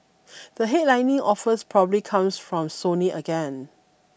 the headlining offers probably comes from Sony again